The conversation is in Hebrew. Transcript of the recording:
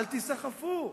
אל תיסחפו.